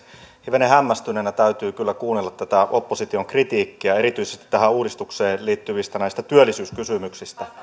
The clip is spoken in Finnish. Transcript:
hivenen hämmästyneenä täytyy kyllä kuunnella tätä opposition kritiikkiä erityisesti näistä tähän uudistukseen liittyvistä työllisyyskysymyksistä